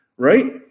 right